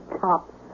top